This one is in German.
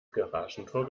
garagentor